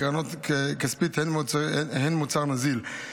קרנות כספיות הן מוצר נזיל,